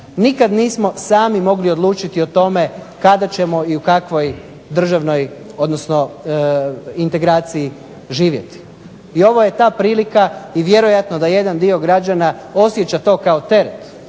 Nikada nismo sami mogli odlučiti o tome kada ćemo i u kakvoj državnoj odnosno integraciji živjeti. I ovo je ta prilika i vjerojatno da jedan dio građana osjeća to kao teret,